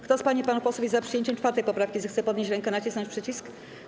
Kto z pań i panów posłów jest za przyjęciem 4. poprawki, zechce podnieść rękę i nacisnąć przycisk.